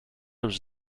was